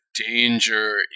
danger